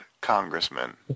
congressman